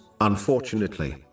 Unfortunately